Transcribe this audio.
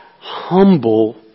humble